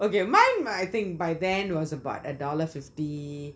okay mine right I think by then it was about a dollar ifity